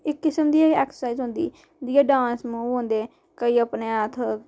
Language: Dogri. इक किस्म दी एह् ऐक्सरसाइज होंदी जियां डांस मूव होंदे कोई अपने हत्थ